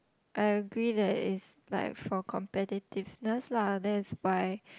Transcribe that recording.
I agree that is like for competitiveness lah that's why